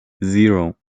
zero